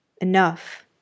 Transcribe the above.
Enough